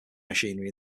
machinery